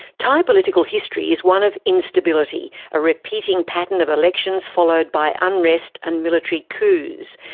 thai political history is one of instability, a repeating pattern of elections followed by unrest and military coups.